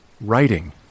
writing